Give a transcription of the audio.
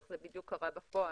איך זה בדיוק קורה בפועל.